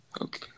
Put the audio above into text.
okay